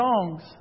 songs